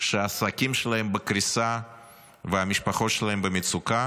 שהעסקים שלהם בקריסה והמשפחות שלהם במצוקה,